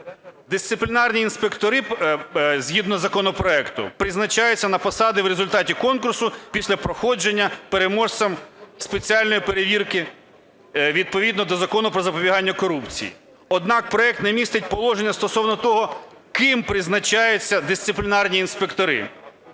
Дисциплінарні інспектори згідно законопроекту призначаються на посади в результаті конкурсу після проходження переможцем спеціальної перевірки відповідно до Закону "Про запобігання корупції". Однак проект не містить положення стосовно того, ким призначаються дисциплінарні інспектори.